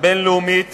בין-לאומית